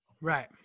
Right